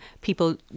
people